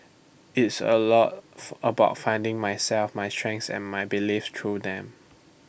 it's A lot about finding myself my strengths and my beliefs through them